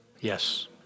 Yes